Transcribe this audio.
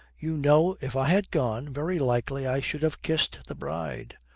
you know, if i had gone, very likely i should have kissed the bride.